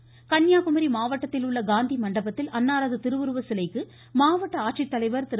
காந்தி மாவட்டம் கன்னியாகுமரி மாவட்டத்தில் உள்ள காந்தி மண்டபத்தில் அன்னாரது திருவுருவச்சிலைக்கு மாவட்ட ஆட்சித்தலைவா் திரு